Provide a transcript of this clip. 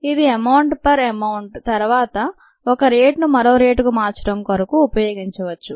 ఇది amount per amount తరువాత ఒక రేటును మరో రేటుకు మార్చడం కొరకు ఉపయోగించవచ్చు